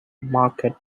market